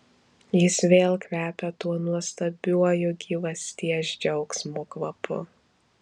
jis vėl kvepia tuo nuostabiuoju gyvasties džiaugsmo kvapu